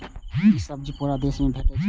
ई सब्जी पूरा देश मे भेटै छै